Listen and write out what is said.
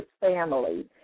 family